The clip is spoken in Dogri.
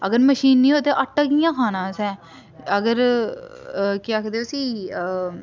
अगर मशीन नेईं होऐ ते आटा कि'यां खाना असें अगर केह् आखदे उसी